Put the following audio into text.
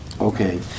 okay